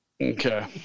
okay